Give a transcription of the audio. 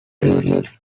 refused